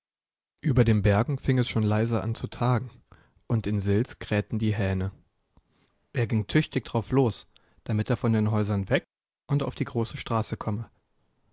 über den bergen fing es schon leise an zu tagen und in sils krähten die hähne er ging tüchtig drauf los damit er von den häusern weg und auf die große straße komme